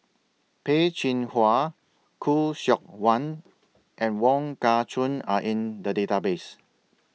Peh Chin Hua Khoo Seok Wan and Wong Kah Chun Are in The Database